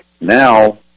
Now